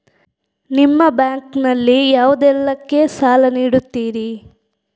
ನಿಮ್ಮ ಬ್ಯಾಂಕ್ ನಲ್ಲಿ ಯಾವುದೇಲ್ಲಕ್ಕೆ ಸಾಲ ನೀಡುತ್ತಿರಿ?